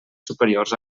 superiors